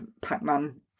pac-man